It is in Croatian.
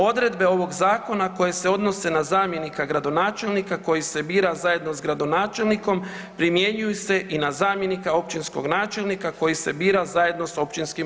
Odredbe ovog zakona koje se odnose na zamjenika gradonačelnika koji se bira zajedno sa gradonačelnikom primjenjuju se i na zamjenika općinskog načelnika koji se bira zajedno sa općinskim